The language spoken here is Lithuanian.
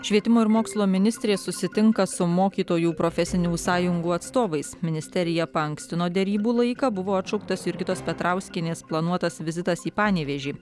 švietimo ir mokslo ministrė susitinka su mokytojų profesinių sąjungų atstovais ministerija paankstino derybų laiką buvo atšauktas jurgitos petrauskienės planuotas vizitas į panevėžį